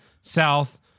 South